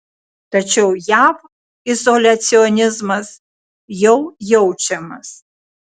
tačiau jav izoliacionizmas jau jaučiamas